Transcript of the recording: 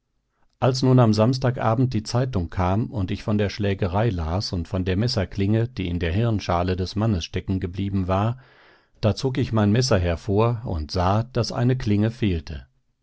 als nun am samstag abend die zeitung kam und ich von der schlägerei las und von der messerklinge die in der hirnschale des mannes stecken geblieben war da zog ich mein messer hervor und sah daß eine klinge fehlte